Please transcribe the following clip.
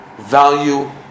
value